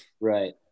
right